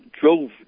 drove